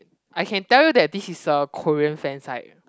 I can tell you that this is a Korean fan site